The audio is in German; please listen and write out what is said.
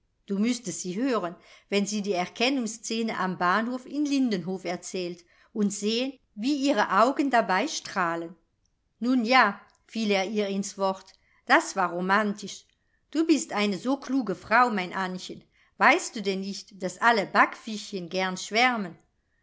du müßtest sie hören wenn sie die erkennungsszene am bahnhof in lindenhof erzählt und sehen wie ihre augen dabei strahlen nun ja fiel er ihr ins wort das war romantisch du bist eine so kluge frau mein annchen weißt du denn nicht daß alle backfischchen gern schwärmen